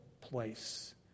place